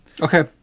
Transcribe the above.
Okay